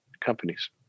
companies